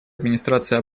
администрации